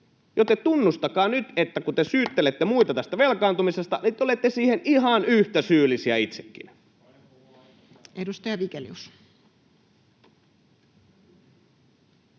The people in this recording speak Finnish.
koputtaa] että kun te syyttelette muita tästä velkaantumisesta, niin te olette siihen ihan yhtä syyllisiä itsekin. Edustaja Vigelius.